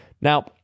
Now